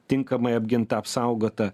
tinkamai apginta apsaugota